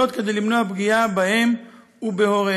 וזאת כדי למנוע פגיעה בהם ובהוריהם.